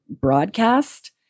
broadcast